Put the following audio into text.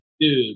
Dude